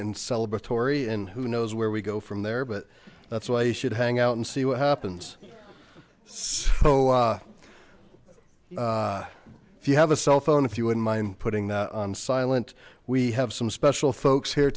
and celebratory and who knows where we go from there but that's why you should hang out and see what happens so if you have a cell phone if you wouldn't mind putting that on silent we have some special folks here